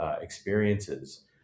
experiences